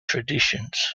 traditions